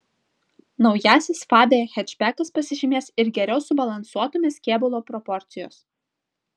naujasis fabia hečbekas pasižymės ir geriau subalansuotomis kėbulo proporcijos